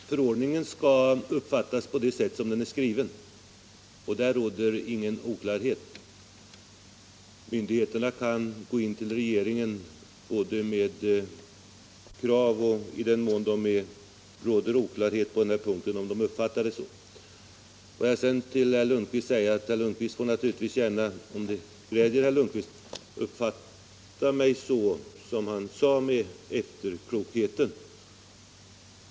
Herr talman! Förordningen skall uppfattas på det sätt som den är skriven, och där råder ingen oklarhet. Får jag sedan till Svante Lundkvist säga att om det gläder honom får han gärna uppfatta mig så som han sade när det gäller efterklokheten.